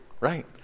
right